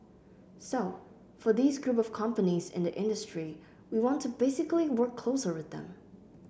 so for these group of companies in the industry we want to basically work closer with them